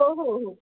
हो हो हो